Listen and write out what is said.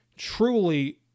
truly